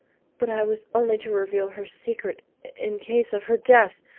but i was only to reveal her secret in case of her death!